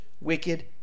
wicked